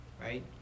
right